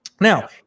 Now